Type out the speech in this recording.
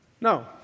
No